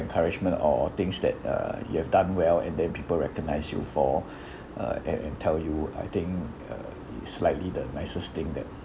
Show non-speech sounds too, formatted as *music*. encouragement or or things that uh you have done well and then people recognise you for *breath* uh and and tell you I think uh the slightly the nicest thing that